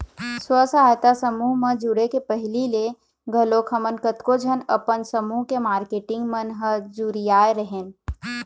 स्व सहायता समूह म जुड़े के पहिली ले घलोक हमन कतको झन अपन समूह के मारकेटिंग मन ह जुरियाय रेहेंन